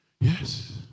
yes